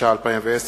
התש"ע 2010,